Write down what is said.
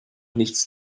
nichts